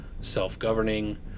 self-governing